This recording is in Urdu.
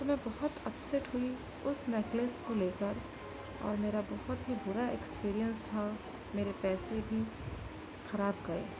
تو میں بہت اپسیٹ ہوئی اس نیکلس کو لے کر اور میرا بہت ہی برا اکسپیرئنس تھا میرے پیسے بھی خراب گئے